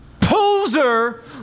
poser